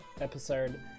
episode